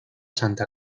santa